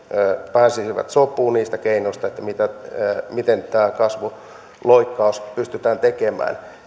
pääsisivät sopuun niistä keinoista miten tämä kasvuloikkaus pystytään tekemään